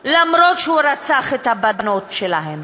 אפילו שהוא רצח את הבנות שלהן.